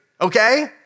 okay